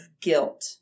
guilt